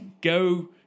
go